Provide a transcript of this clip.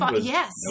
Yes